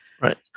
Right